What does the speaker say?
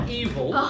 evil